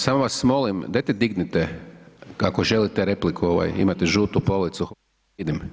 Samo vas molim dajte dignite, ako želite repliku ovaj imate žutu policu.